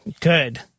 Good